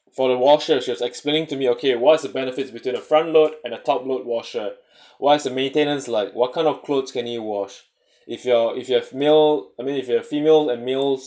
for the washer she was explaining to me okay what was the benefits between a front load and a top load washer what is the maintenance like what kind of clothes can you wash if you're if you have male I mean if you have female and male's